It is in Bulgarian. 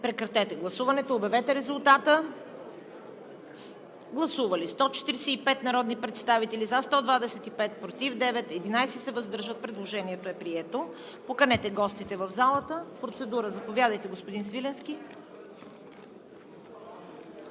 режим на гласуване за допуск в залата. Гласували 145 народни представители: за 125, против 9, въздържели се 11. Предложението е прието. Поканете гостите в залата. Процедура? Заповядайте, господин Свиленски.